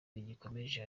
rigikomeje